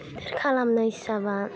गिदिर खालामनाय हिसाबा